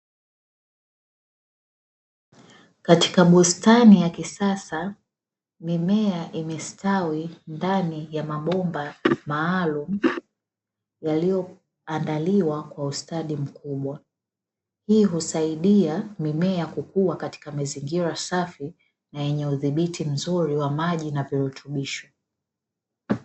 Katika bustani ya kisasa mimea imestawi ndani ya mabomba maalumu, yaliyoandaliwa kwa ustadi mkubwa. Hii husaidia mimea kukua katika mazingira safi na yenye udhibiti mzuri wa maji na virutushisho.